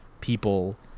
people